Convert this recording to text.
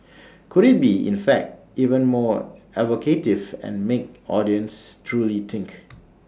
could IT be in fact even more evocative and make audiences truly think